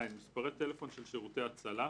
מספרי טלפון של שירותי הצלה,